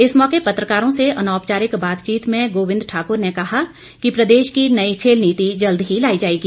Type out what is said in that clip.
इस मौके पत्रकारों से अनौपचारिक बातचीत में उन्होंने कहा कि प्रदेश की नई खेल नीति जल्द ही लाई जाएगी